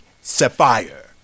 sapphire